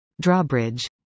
Drawbridge